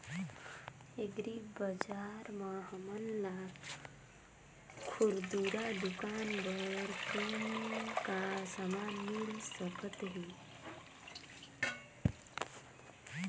Agri बजार म हमन ला खुरदुरा दुकान बर कौन का समान मिल सकत हे?